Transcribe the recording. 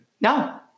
No